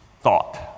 thought